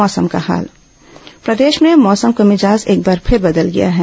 मौसम प्रदेश में मौसम का मिजाज एक बार फिर बदल गया है